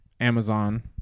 Amazon